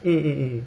mm mm mm